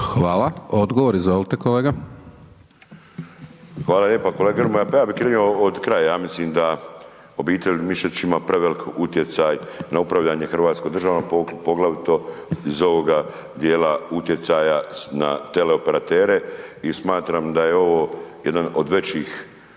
Hvala. Odgovor izvolite kolega. **Bulj, Miro (MOST)** Hvala lijepo kolega Grmoja, ja bi krenuo od kraja, ja mislim da, obitelj Mišić ima prevelik utjecaj na upravljanjem Hrvatske države, poglavito iz ovoga dijela utjecaja na teleoperatere i smatram da je ovo jedan od većih